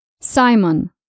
Simon